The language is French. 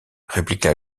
répliqua